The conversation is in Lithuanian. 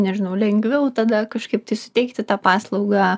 nežinau lengviau tada kažkaip tai suteikti tą paslaugą